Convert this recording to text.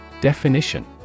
Definition